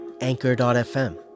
Anchor.fm